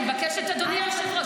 אני מבקשת, אדוני היושב-ראש.